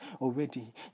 already